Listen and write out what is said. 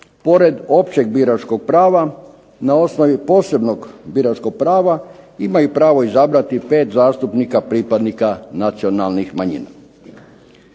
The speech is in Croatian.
pored općeg biračkog prava, na osnovi posebnog biračkog prava imaju pravo izabrati 5 zastupnika pripadnika nacionalnih manjina.